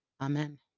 Amen